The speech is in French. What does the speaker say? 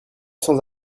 sans